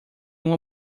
uma